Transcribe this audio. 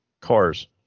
cars